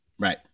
right